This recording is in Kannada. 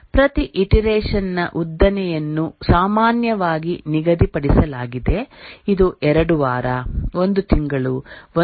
ಪ್ರತಿ ಇಟರೆಷನ್ ನ ಉದ್ದನೆಯನ್ನು ಸಾಮಾನ್ಯವಾಗಿ ನಿಗದಿಪಡಿಸಲಾಗಿದೆ ಇದು 2 ವಾರ 1 ತಿಂಗಳು 1